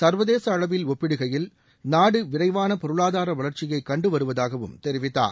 சர்வதேச அளவில் ஒப்பிடுகையில் நாடு விரைவான பொருளாதார வளர்ச்சியை கண்டுவருவதாகவும் தெரிவித்தார்